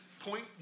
point